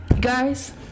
Guys